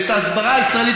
ואת ההסברה הישראלית,